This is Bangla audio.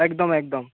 একদম একদম